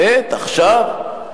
אתה רוצה תשובה?